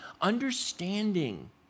Understanding